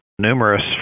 numerous